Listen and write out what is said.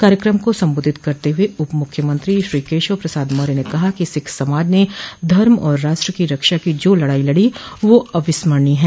कार्यक्रम को सम्बोधित करते हुए उप मुख्यमंत्री श्री केशव प्रसाद मौर्य ने कहा कि सिख समाज ने धर्म और राष्ट्र की रक्षा की जो लड़ाई लड़ी वह अविस्मरणीय है